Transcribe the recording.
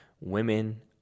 Women